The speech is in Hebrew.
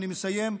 אני מסיים.